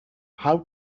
how